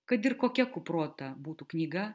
kad ir kokia kuprota būtų knyga